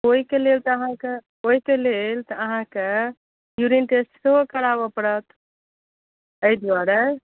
ओहिके लेल तऽ अहाँके ओहिके लेल तऽ अहाँके यूरिन टेस्ट सेहो कराबऽ पड़त एहि दुआरे